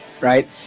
Right